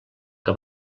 que